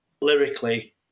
lyrically